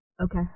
Okay